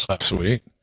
Sweet